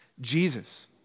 Jesus